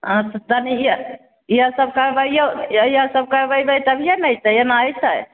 अच्छा तनि इएह सब करबैयो इएह सब करबेबै तभिये ने अयतै एना अयतै